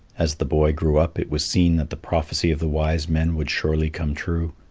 as the boy grew up, it was seen that the prophecy of the wise men would surely come true.